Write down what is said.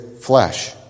Flesh